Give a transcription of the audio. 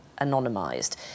anonymised